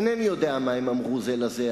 אינני יודע מה הם אמרו זה לזה,